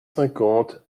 cinquante